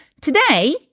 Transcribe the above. Today